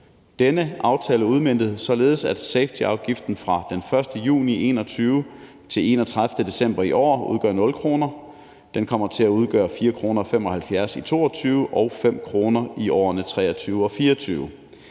denne aftale udmøntet, således at safetyafgiften fra den 1. juli 2021 til den 31. december i år udgør 0 kr. Den kommer til at udgøre 4,75 kr. i 2022 og 5 kr. i årene 2023 og 2024.